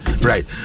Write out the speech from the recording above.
right